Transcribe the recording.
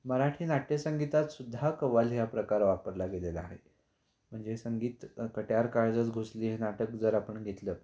मराठी नाट्यसंगीतात सुद्धा कव्वाली हा प्रकार वापरला गेलेला आहे म्हणजे संगीत कट्यार काळजात घुसली हे नाटक जर आपण घेतलं